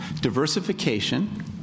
diversification